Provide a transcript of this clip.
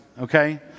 okay